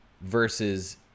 versus